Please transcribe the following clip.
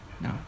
No